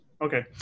Okay